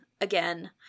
again